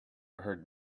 heard